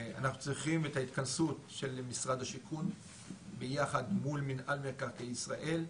אנחנו צריכים את ההתכנסות של משרד השיכון ביחד מול מנהל מקרקעי ישראל,